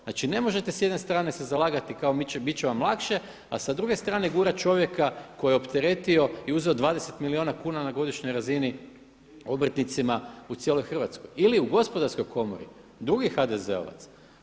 Znači ne možete sa jedne strane se zalagati, kao bit će vam lakše, a sa druge strane gurat čovjeka koji je opteretio i uzeo 20 milijuna kuna na godišnjoj razini obrtnicima u cijeloj Hrvatskoj ili u Gospodarskoj komori drugi HDZ-ovac.